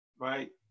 Right